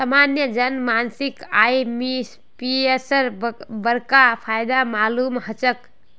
सामान्य जन मानसक आईएमपीएसेर बडका फायदा मालूम ह छेक